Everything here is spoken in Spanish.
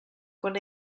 con